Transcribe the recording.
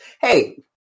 Hey